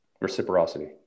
Reciprocity